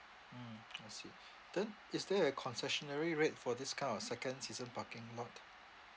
mm I see then is there a concessionary rate for this kind of second season parking lot